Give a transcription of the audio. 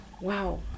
Wow